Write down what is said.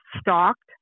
stalked